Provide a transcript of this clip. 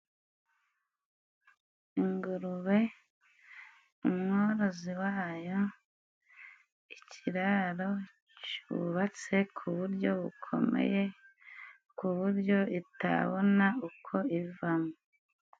Ingurube, umworozi wayo, ikiraro cubatse ku buryo bukomeye ku buryo itabona uko ivamo.